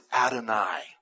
Adonai